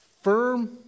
firm